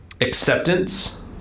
acceptance